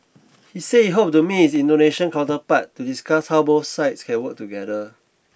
he said he hoped to meet his Indonesian counterpart to discuss how both sides can work together